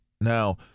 Now